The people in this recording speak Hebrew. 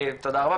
תודה רבה.